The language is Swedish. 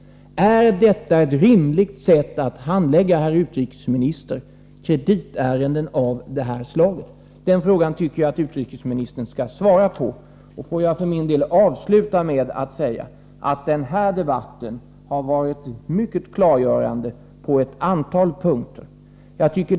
Är detta ett rimligt sätt att handlägga kreditärenden av detta slag? Den frågan tycker jag att utrikesministern skall svara på. För min del vill jag avsluta med att säga att denna debatt har varit mycket klargörande på ett antal punkter.